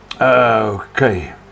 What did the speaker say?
Okay